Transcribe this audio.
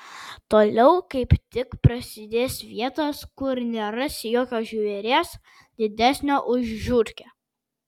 toliau kaip tik prasidės vietos kur nerasi jokio žvėries didesnio už žiurkę